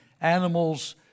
animals